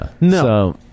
No